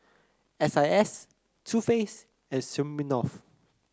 S I S Too Faced and Smirnoff